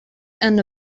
and